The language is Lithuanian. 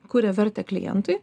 kuria vertę klientui